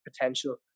potential